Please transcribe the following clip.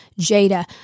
Jada